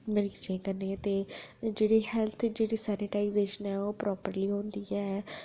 उं'दे कन्नै ते मरीजें कन्नै जेह्ड़ी हैल्थ जेह्ड़ी सैनेटाइजेशन ऐ ओह् प्रोपरली होंदी ऐ